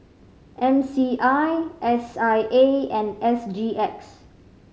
M C I S I A and S G X